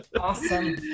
awesome